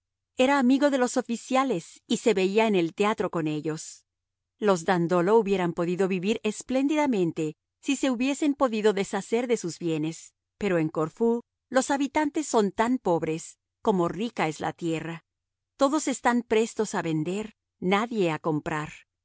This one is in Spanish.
era amigo de los oficiales y se le veía en el teatro con ellos los dandolo hubieran podido vivir espléndidamente si se hubiesen podido deshacer de sus bienes pero en corfú los habitantes son tan pobres como rica es la tierra todos están prestos a vender nadie a comprar